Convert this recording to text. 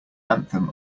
anthem